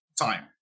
time